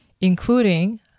including